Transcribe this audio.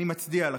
אני מצדיע לכן.